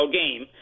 game